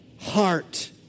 heart